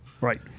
Right